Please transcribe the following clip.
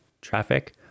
traffic